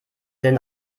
denn